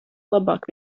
labāk